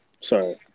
Sorry